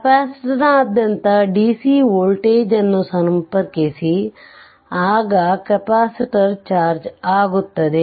ಕೆಪಾಸಿಟರ್ನಾದ್ಯಂತ DC voltage ಅನ್ನು ಸಂಪರ್ಕಿಸಿ ಆಗ ಕೆಪಾಸಿಟರ್ ಚಾರ್ಜ್ ಆಗುತ್ತದೆ